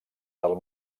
del